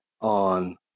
on